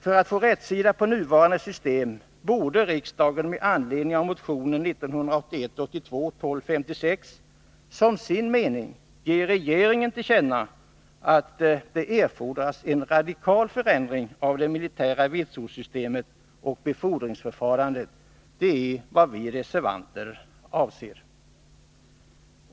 För att få rätsida på nuvarande system borde riksdagen med anledning av motionen 1981/82:1256 som sin mening ge regeringen till känna att det erfordras en radikal förändring av det militära vitsordssystemet och befordringsförfarandet. Det är vad vi reservanter anser.